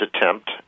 attempt